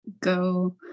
go